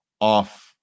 off